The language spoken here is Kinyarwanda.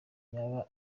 yaba